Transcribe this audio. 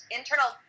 internal